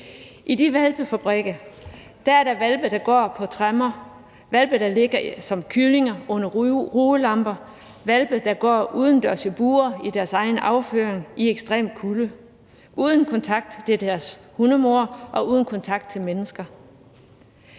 I de hvalpefabrikker er der hvalpe, der går på tremmer, hvalpe, der ligger som kyllinger under rugelamper, hvalpe, der går udendørs i bure i deres egen afføring i ekstrem kulde – uden kontakt til deres hundemor og uden kontakt til mennesker.